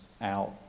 out